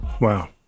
wow